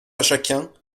chacun